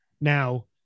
Now